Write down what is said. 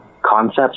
Concepts